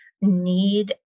need